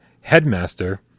Headmaster